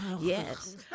Yes